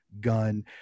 gun